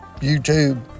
YouTube